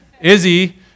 Izzy